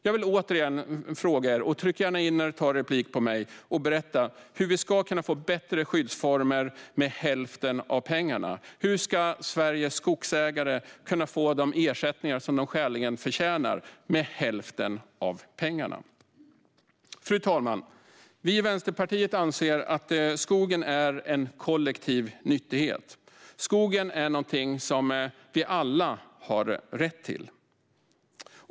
Jag vill återigen fråga er - begär gärna replik på mitt anförande och berätta - hur vi ska kunna få bättre skyddsformer med hälften av pengarna. Hur ska Sveriges skogsägare kunna få de ersättningar de skäligen förtjänar med hälften av pengarna? Fru talman! Vi i Vänsterpartiet anser att skogen är en kollektiv nyttighet. Skogen är någonting vi alla har rätt till.